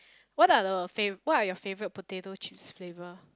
what are the fav~ what are your favourite potato chips flavour